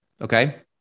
okay